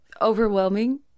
overwhelming